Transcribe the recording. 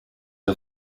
are